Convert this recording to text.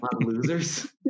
losers